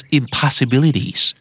impossibilities